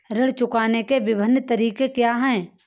ऋण चुकाने के विभिन्न तरीके क्या हैं?